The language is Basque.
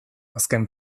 azken